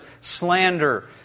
slander